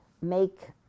make